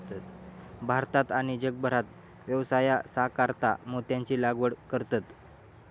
भारतात आणि जगभरात व्यवसायासाकारता मोत्यांची लागवड करतत